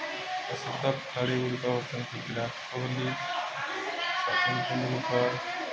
ପ୍ରସିଦ୍ଧ ଖେଳାଳିଗୁଡ଼ିକ ହେଉଛନ୍ତି ବିରାଟ କୋହଲି ସଚିନ୍ ତେନ୍ଦୁଲ୍କର୍